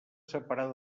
separar